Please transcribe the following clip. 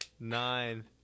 Nine